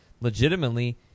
legitimately